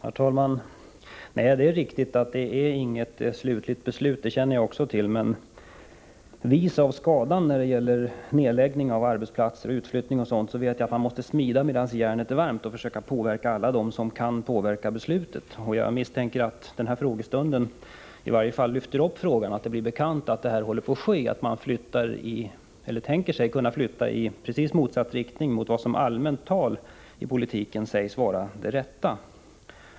Fru talman! Det är riktigt att det inte är något definitivt beslut — det känner också jag till. Men vis av skadan när det gäller nedläggning av arbetsplatser, utflyttning och sådant vet jag att man måste smida medan järnet är varmt och påverka alla dem som kan påverka beslutet. Jag misstänker att denna frågestund i varje fall lyfter upp frågan, så att det blir bekant att detta håller på att ske. Man tänker sig ju att flytta verksamhet i precis motsatt riktning mot vad som i allmänt tal i politiken sägs vara den rätta.